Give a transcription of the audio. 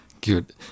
Good